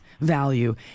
value